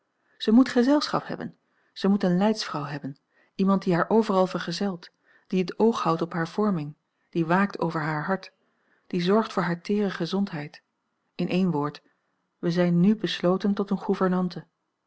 zij moet gezelschap hebben zij moet eene leidsvrouw hebben iemand die haar overal vergezelt die het oog houdt op hare vorming die waakt over haar hart die zorgt voor hare teere gezondheid in één woord wij zijn n besloten tot eene